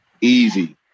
easy